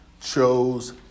chose